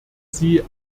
sie